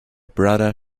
brother